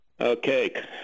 Okay